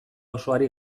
osoari